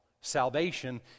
Salvation